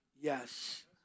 Yes